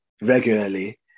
regularly